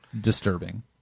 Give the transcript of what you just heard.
disturbing